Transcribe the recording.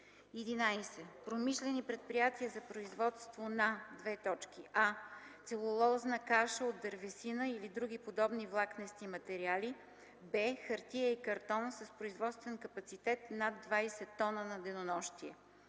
11. Промишлени предприятия за производство на: a) целулозна каша от дървесина или други подобни влакнести материали; б) хартия и картон с производствен капацитет над 20 т на денонощие.